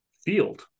field